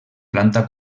planta